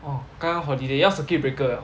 orh 刚刚 holiday 要 circuit breaker 了